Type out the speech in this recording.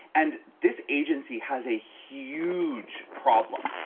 and this agency has a huge problem.